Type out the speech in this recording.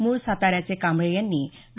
मूळ साताऱ्याचे कांबळे यांनी डॉ